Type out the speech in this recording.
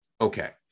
Okay